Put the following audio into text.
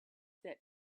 that